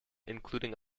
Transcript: including